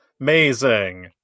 Amazing